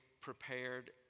prepared